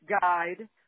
Guide